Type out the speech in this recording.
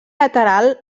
lateral